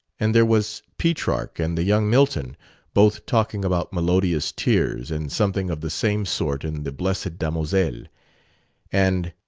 and there was petrarch, and the young milton both talking about melodious tears' and something of the same sort in the blessed damosel and